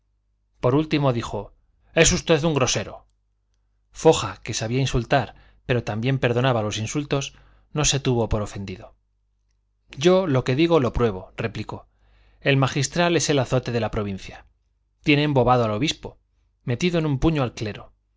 por último dijo es usted un grosero foja que sabía insultar pero también perdonaba los insultos no se tuvo por ofendido yo lo que digo lo pruebo replicó el magistral es el azote de la provincia tiene embobado al obispo metido en un puño al clero